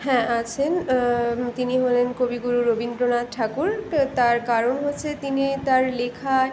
হ্যাঁ আছেন তিনি হলেন কবিগুরু রবীন্দ্রনাথ ঠাকুর তার কারণ হচ্ছে তিনি তার লেখায়